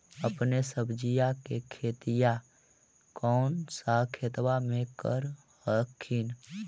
अपने सब्जिया के खेतिया कौन सा खेतबा मे कर हखिन?